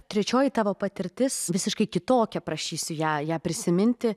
trečioji tavo patirtis visiškai kitokia prašysiu ją ją prisiminti